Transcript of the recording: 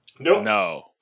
No